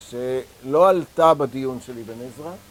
שלא עלתה בדיון של אבן עזרא